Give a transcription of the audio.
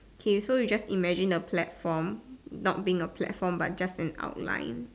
K so you just imagine the platform not being a platform but just an outline